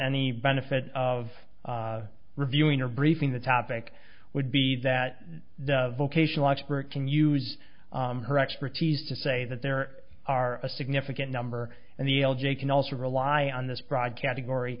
any benefit of reviewing or briefing the topic would be that the vocational expert can use her expertise to say that there are a significant number and the l j can also rely on this broad category